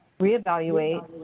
reevaluate